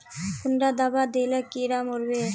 कुंडा दाबा दिले कीड़ा मोर बे?